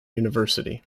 university